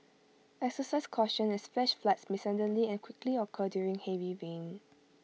exercise caution as flash floods may suddenly and quickly occur during heavy rain